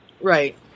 Right